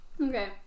Okay